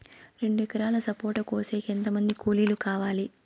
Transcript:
రెండు ఎకరాలు సపోట కోసేకి ఎంత మంది కూలీలు కావాలి?